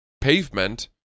pavement